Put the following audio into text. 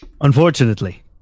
Unfortunately